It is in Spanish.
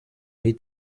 ahí